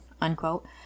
unquote